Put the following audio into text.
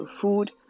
food